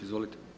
Izvolite.